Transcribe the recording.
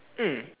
mm